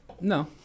No